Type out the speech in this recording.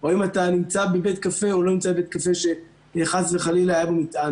או אם אתה נמצא בבית קפה או לא נמצא בבית קפה שחס וחלילה היה בו מטען.